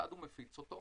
כיצד הוא מפיץ אותו?